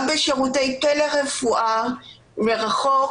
גם בשירותי טלרפואה מרחוק,